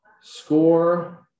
Score